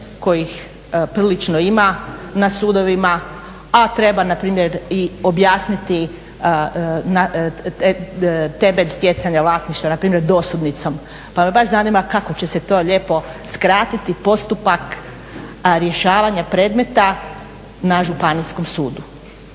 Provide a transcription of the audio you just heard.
kojih prilično ima na sudovima, a treba npr. i objasniti temelj stjecanja vlasništva na primjer dosudnicom. Pa me baš zanima kako će se to lijepo skratiti postupak rješavanja predmeta na županijskom sudu?